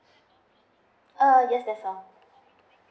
err yes that's all